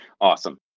Awesome